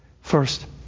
First